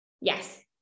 Yes